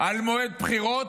על מועד בחירות.